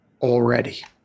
already